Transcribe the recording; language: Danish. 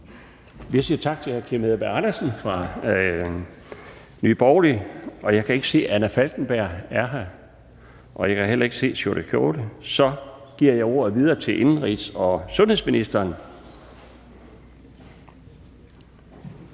Jeg siger tak til hr. Kim Edberg Andersen fra Nye Borgerlige. Jeg kan ikke se, at Anna Falkenberg er her, og jeg kan heller ikke se Sjúrður Skaale, så jeg giver ordet videre til indenrigs- og sundhedsministeren.